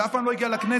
שאף פעם לא הגיע לכנסת.